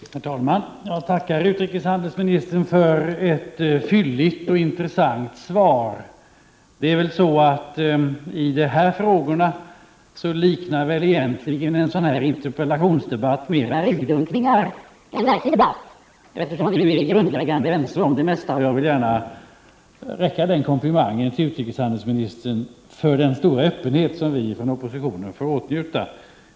Herr talman! Jag tackar utrikeshandelsministern för ett fylligt och intressant svar. När det gäller dessa frågor liknar väl egentligen en sådan här interpellationsdebatt mera ryggdunkningar än verklig debatt, eftersom vi är grundläggande ense om det mesta. Till utrikeshandelsministern vill jag ge en komplimang för den stora öppenhet som vi från oppositionen får åtnjuta.